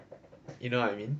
you know what I mean